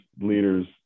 leaders